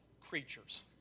creatures